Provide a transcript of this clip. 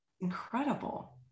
Incredible